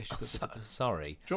Sorry